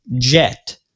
jet